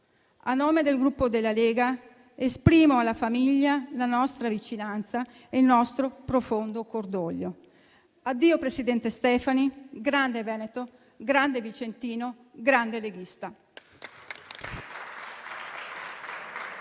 A nome del Gruppo Lega, esprimo alla famiglia la nostra vicinanza e il nostro profondo cordoglio. Addio presidente Stefani, grande veneto, grande vicentino, grande leghista.